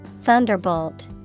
Thunderbolt